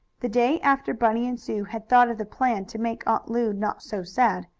the day after bunny and sue had thought of the plan to make aunt lu not so sad,